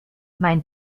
mein